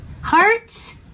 hearts